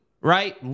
right